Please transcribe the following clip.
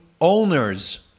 owners